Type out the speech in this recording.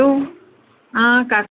hello आं काका